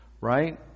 right